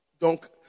Donc